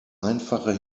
einfache